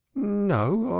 no,